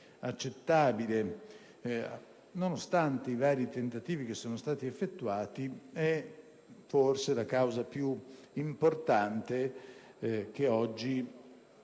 nonostante i vari tentativi che sono stati effettuati, è forse la causa più importante che oggi